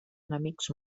enemics